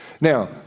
Now